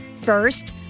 First